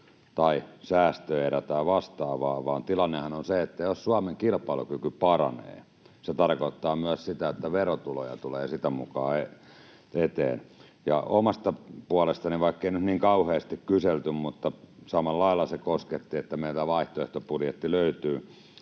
tai säästöerä tai vastaavaa, vaan tilannehan on se, että jos Suomen kilpailukyky paranee, se tarkoittaa myös sitä, että verotuloja tulee sitä mukaa eteen. Omasta puolestani, vaikkei nyt niin kauheasti kyselty, samalla lailla se kosketti, ja meiltä löytyy vaihtoehtobudjetti,